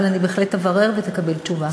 אבל אני בהחלט אברר ותקבל תשובה.